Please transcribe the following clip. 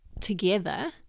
together